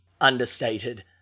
understated